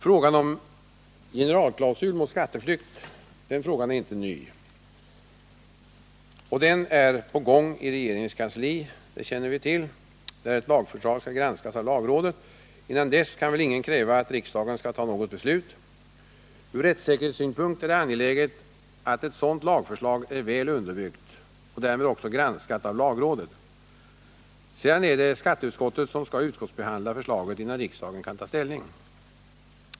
Frågan om en generalklausul mot skatteflykt är inte ny. Den är på gång i regeringens kansli, där ett lagförslag skall granskas av lagrådet. Innan dess kan väl ingen kräva att riksdagen skall fatta något beslut. Från rättssäkerhetssynpunkt är det angeläget att ett sådant lagförslag är väl underbyggt och därmed också granskat av lagrådet. Sedan är det skatteutskottet som skall utskottsbehandla förslaget innan riksdagen kan ta ställning.